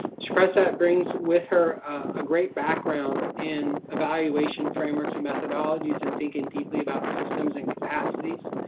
shpressa brings with her a great background in evaluation frameworks and methodologies and thinking deeply about systems and capacities.